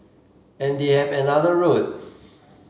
and they have another road